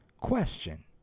Question